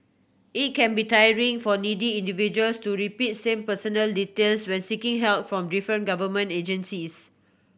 it can be tiring for needy individuals to repeat same personal details when seeking help from different government agencies